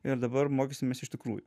ir dabar mokysimės iš tikrųjų